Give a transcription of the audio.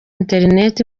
internet